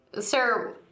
sir